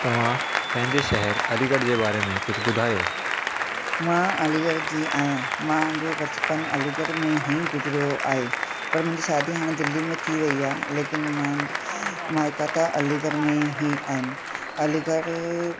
तव्हां पंहिंजे शहर अलीगढ़ जे बारे में कुझु ॿुधायो मां अलीगढ़ जी आहियां मुंहिंजो बचपन अलीगढ़ में ई गुजरियो आहे पर मुंहिंजी शादी हाणे दिल्ली में थी वई आहे लेकिन मां माइका त अलीगढ़ में ई आहिनि अलीगढ़